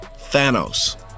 Thanos